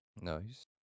nice